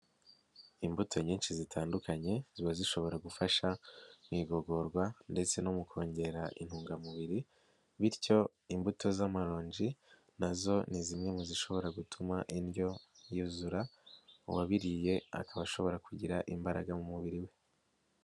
Imbuto nyinshi zitandukanye ziba zishobora gufasha mu igogorwa ndetse no mu kongera intungamubiri, bityo imbuto z'amaronji na zo ni zimwe mu zishobora gutuma indyo yuzura, uwabiriye akaba ashobora kugira imbaraga mu mubiri we.